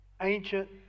ancient